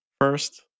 first